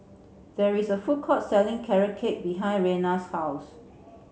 there is a food court selling carrot cake behind Rena's house